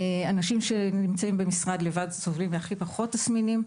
אנשים שנמצאים במשרד לבד סובלים מהכי פחות תסמינים.